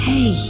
Hey